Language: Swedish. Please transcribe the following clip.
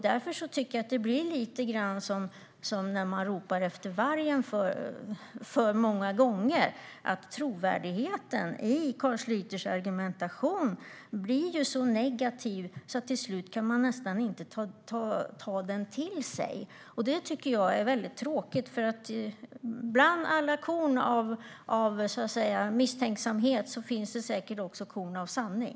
Därför blir det lite som när man ropar efter vargen för många gånger, att trovärdigheten i Carl Schlyters argumentation blir så negativ att man till slut inte kan ta den till sig. Det tycker jag är väldigt tråkigt. Bland alla korn av misstänksamhet finns det säkert också korn av sanning.